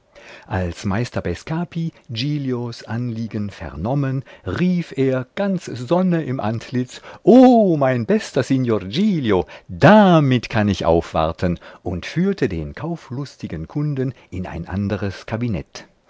als meister bescapi giglios anliegen vernommen rief er ganz sonne im antlitz o mein bester signor giglio damit kann ich aufwarten und führte den kauflustigen kunden in ein anderes kabinett